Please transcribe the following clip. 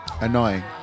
Annoying